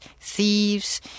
thieves